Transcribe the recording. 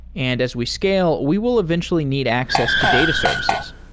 and as we scale, we will eventually need access to data services.